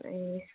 ए